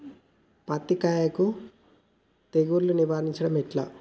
పత్తి కాయకు తెగుళ్లను నివారించడం ఎట్లా?